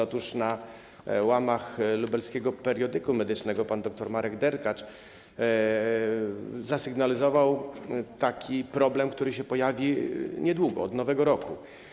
Otóż na łamach lubelskiego periodyku medycznego pan dr Marek Derkacz zasygnalizował taki problem, który niedługo się pojawi, od nowego roku.